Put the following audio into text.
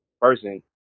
person